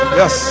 yes